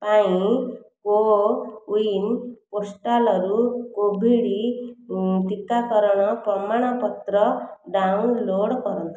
ପାଇଁ କୋୱିନ୍ ପୋର୍ଟାଲ୍ରୁ କୋଭିଡ଼୍ ଟିକାକରଣ ପ୍ରମାଣପତ୍ର ଡ଼ାଉନଲୋଡ଼୍ କରନ୍ତୁ